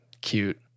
Cute